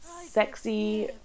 sexy